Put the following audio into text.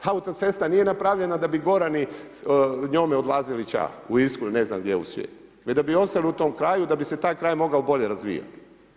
Autocesta nije napravljena da bi Gorani njome odlazili ća u Irsku ili ne znam gdje u svijet, već da bi ostali u tom kraju i da bi se taj kraj mogao bolje razvijati.